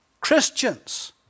Christians